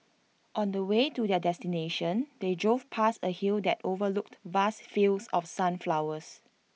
on the way to their destination they drove past A hill that overlooked vast fields of sunflowers